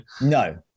No